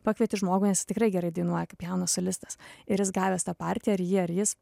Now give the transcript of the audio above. pakvieti žmogų nes jis tikrai gerai dainuoja kaip jaunas solistas ir jis gavęs tą partiją ar ji ar jis